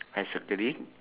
I circled it